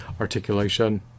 articulation